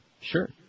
Sure